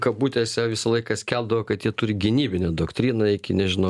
kabutėse visą laiką skelbdavo kad jie turi gynybinę doktriną iki nežinau